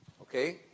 Okay